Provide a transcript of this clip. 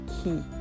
key